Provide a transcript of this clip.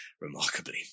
remarkably